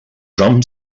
drum